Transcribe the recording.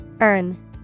Earn